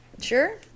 Sure